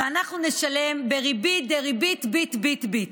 ואנחנו נשלם בריבית דה-ריבית ביט, ביט, ביט.